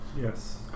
yes